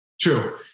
true